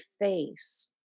face